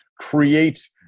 create